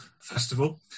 Festival